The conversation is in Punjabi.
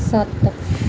ਸੱਤ